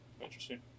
Interesting